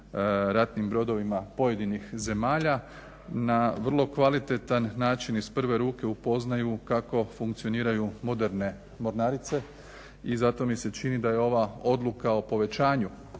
ratnim brodovima pojedinih zemalja, na kvalitetan način iz prve ruke upoznaju kako funkcioniraju moderne mornarice, i zato mi se čini da je ova odluka o povećanju